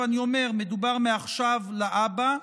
אני אומר שמדובר מעכשיו להבא,